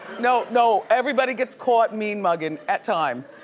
no, no, everybody gets caught mean mugging at times,